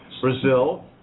Brazil